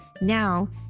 Now